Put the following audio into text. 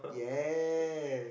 yes